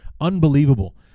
unbelievable